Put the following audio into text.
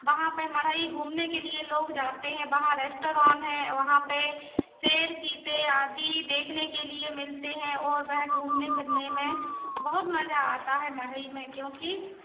वहाँ पे मढ़ई घूमने के लिए लोग जाते हैं वहाँ रेस्टोरान है वहाँ पे शेर चीते आदि देखने के लिए मिलते हैं ओर वह घूमने फिरने में बहुत मज़ा आता है मढ़ई में क्योंकि